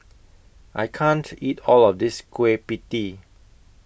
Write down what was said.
I can't eat All of This Kueh PIE Tee